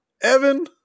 Evan